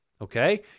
okay